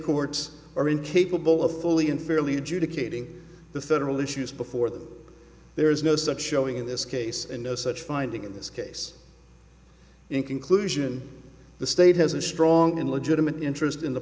courts are incapable of fully and fairly adjudicating the federal issues before them there is no such showing in this case and no such finding in this case in conclusion the state has a strong and legitimate interest in the